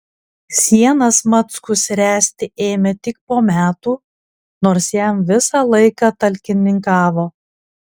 sienas mackus ręsti ėmė tik po metų nors jam visą laiką talkininkavo